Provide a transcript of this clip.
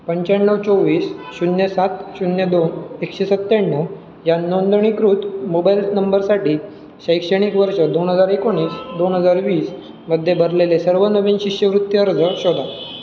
पंच्याण्णव चोवीस शून्य सात शून्य दोन एकशे सत्त्याण्णव या नोंदणीकृत मोबाईल नंबरसाठी शैक्षणिक वर्ष दोन हजार एकोणीस दोन हजार वीसमध्ये भरलेले सर्व नवीन शिष्यवृत्ती अर्ज शोधा